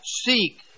seek